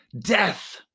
death